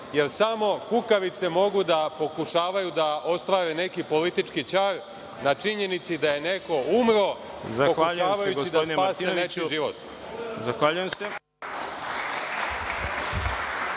jer samo kukavice mogu da pokušavaju da ostvare neki politički ćar na činjenici da je neko umro pokušavajući da spasi nečiji život.